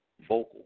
vocal